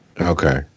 Okay